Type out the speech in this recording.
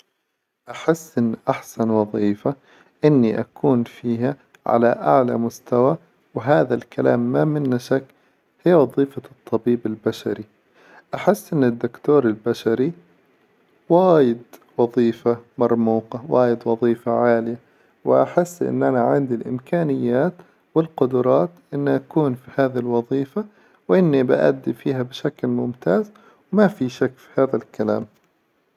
أحس إن أحسن وظيفة إني أكون فيها على أعلى مستوى، وهذا الكلام ما منه شك هي وظيفة الطبيب البشري، أحس إن الدكتور البشري وايد وظيفة مرموقة، وايد وظيفة عالية أحس إن أنا عندي الإمكانيات والقدرات إني أكون في هذي الوظيفة، وإني بأدي فيها بشكل ممتاز وما في شك في هذا الكلام.